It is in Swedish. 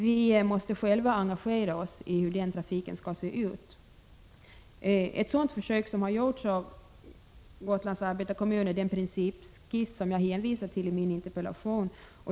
Vi måste själva engagera oss i arbetet med att ta reda på hur den här trafiken skall se ut. Ett försök i det avseendet har gjorts av Gotlands arbetarekommun. Det gäller den principskiss som jag hänvisar till i min interpellation.